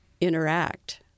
interact